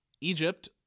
Egypt